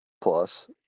plus